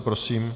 Prosím.